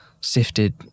Sifted